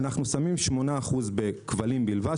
אנחנו שמים 8% בכבלים בלבד.